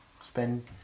spend